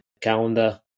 calendar